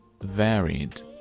varied